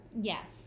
Yes